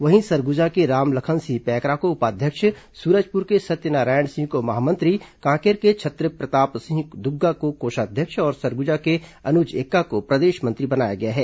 वहीं सरगुजा के रामलखन सिंह पैकरा को उपाध्यक्ष सुरजपुर के सत्यनारायण सिंह को महामंत्री कांकेर के छत्रप्रताप सिंह द्रग्गा को कोषाध्यक्ष और सरगुजा के अनुज एक्का को प्रदेश मंत्री बनाया गया है